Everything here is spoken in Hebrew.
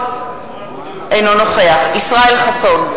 אינו נוכח ישראל חסון,